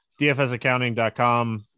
dfsaccounting.com